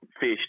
fish